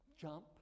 jump